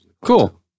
Cool